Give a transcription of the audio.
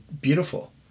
beautiful